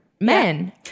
men